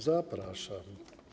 Zapraszam.